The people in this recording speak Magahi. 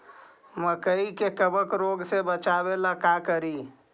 मकई के कबक रोग से बचाबे ला का करि?